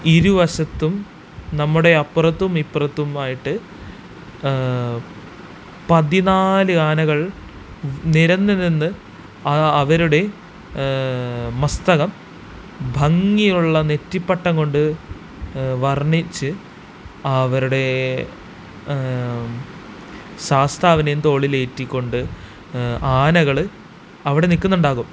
ഇരുവശത്തും നമ്മുടെ അപ്പുറത്തും ഇപ്പുറത്തും ആയിട്ട് പതിനാല് ആനകള് നിരന്ന് നിന്ന് അവരുടെ മസ്തകം ഭംഗിയുള്ള നെറ്റിപ്പട്ടം കൊണ്ട് വര്ണ്ണിച്ച് ആവരുടെ ശാസ്താവിനെയും തോളിലേറ്റിക്കൊണ്ട് ആനകള് അവിടെ നില്ക്കുന്നുണ്ടാകും